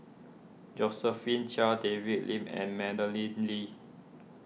Josephine Chia David Lim and Madeleine Lee